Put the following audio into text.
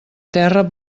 terra